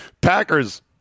Packers